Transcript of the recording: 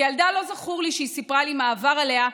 כילדה לא זכור לי שהיא סיפרה מה עבר עליה,